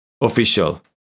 official